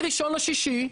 מה-1 ביוני,